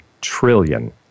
trillion